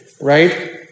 right